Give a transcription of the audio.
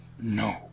no